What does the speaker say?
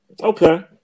okay